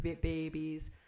babies